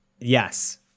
Yes